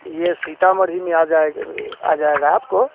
ये सीताममढ़ी में आ जाएग आ जाएगा आपको